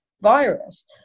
virus